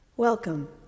Welcome